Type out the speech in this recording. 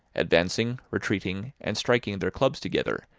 advancing, retreating, and striking their clubs together,